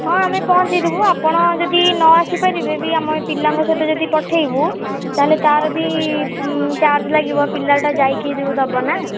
ହଁ ଆମେ ପହଞ୍ଚାଇ ଦେବୁ ଆପଣ ଯଦି ନ ଆସିପାରିବେ ବି ଆମ ପିଲାଙ୍କ ସହିତ ଯଦି ପଠେଇବୁ ତା'ହେଲେ ତା'ର ବି ଚାର୍ଜ୍ ଲାଗିବ ପିଲାଟା ଯାଇକି ଯେଉଁ ଦବ ନା